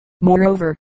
Moreover